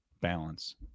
balance